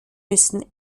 müssen